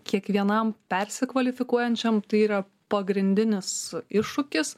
kiekvienam persikvalifikuojančiam tai yra pagrindinis iššūkis